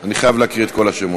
אני חייב להקריא את כל השמות.